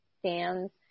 stands